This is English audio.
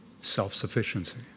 Self-sufficiency